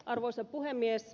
arvoisa puhemies